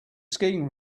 skiing